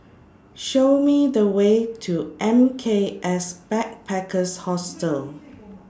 Show Me The Way to M K S Backpackers Hostel